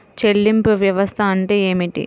చెల్లింపు వ్యవస్థ అంటే ఏమిటి?